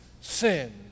sin